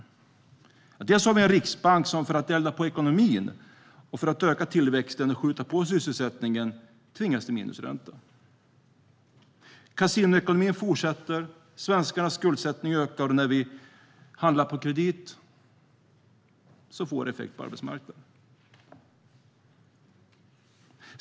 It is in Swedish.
Bland annat har vi en riksbank som för att elda på ekonomin, för att öka tillväxten och för att skjuta på sysselsättningen tvingats till minusränta. Kasinoekonomin fortsätter. Svenskarnas skuldsättning ökar. Och när vi handlar på kredit får det effekt på arbetsmarknaden.